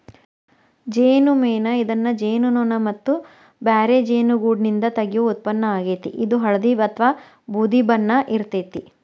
ಜೇನುಮೇಣ ಇದನ್ನ ಜೇನುನೋಣ ಮತ್ತ ಬ್ಯಾರೆ ಜೇನುಗೂಡ್ನಿಂದ ತಗಿಯೋ ಉತ್ಪನ್ನ ಆಗೇತಿ, ಇದು ಹಳ್ದಿ ಅತ್ವಾ ಬೂದಿ ಬಣ್ಣ ಇರ್ತೇತಿ